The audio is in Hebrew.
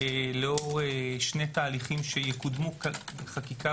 לשים את סגלוביץ כפרויקטור,